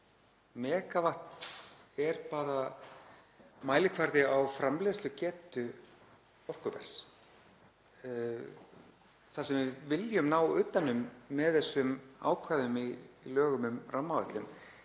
Megavatt er bara mælikvarði á framleiðslugetu orkuverðs. Það sem við viljum ná utan um með þessum ákvæðum í lögum um rammaáætlun